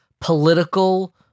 political